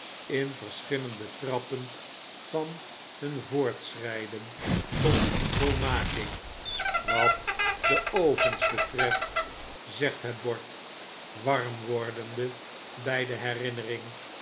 in verschillende trappen van hun voortschryden tot volmaking wat de ovens betreft zegt het bord warm wordende by de herinnering